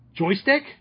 Joystick